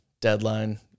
deadline